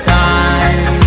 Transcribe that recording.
time